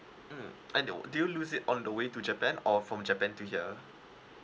mm I know did you lose it on the way to japan or from japan to here